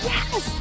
Yes